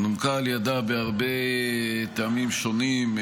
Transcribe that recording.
-- נומקה על ידה בהרבה טעמים שונים,